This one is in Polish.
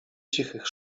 cichych